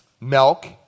milk